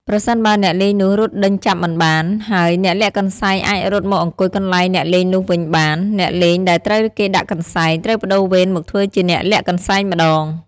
ប្រសិនបើអ្នកលេងនោះរត់ដេញចាប់មិនបាន ហើយអ្នកលាក់កន្សែងអាចរត់មកអង្គុយកន្លែងអ្នកលេងនោះវិញបាន អ្នកលេងដែលត្រូវគេដាក់កន្សែង ត្រូវប្ដូរវេនមកធ្វើជាអ្នកលាក់កន្សែងម្ដង ។